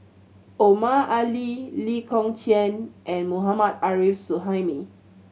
Omar Ali Lee Kong Chian and Mohammad Arif Suhaimi